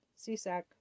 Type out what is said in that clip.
CSAC